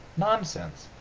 nonsense!